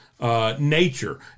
nature